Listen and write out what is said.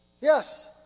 Yes